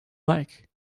like